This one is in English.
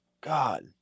God